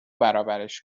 برابرش